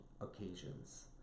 occasions